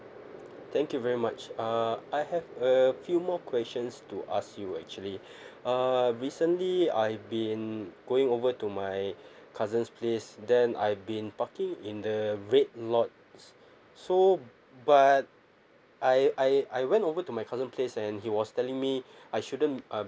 thank you very much uh I have a few more questions to ask you actually uh recently I've been going over to my cousin's place then I've been parking in the red lot so but I I I went over to my cousin's place and he was telling me I shouldn't uh